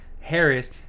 Harris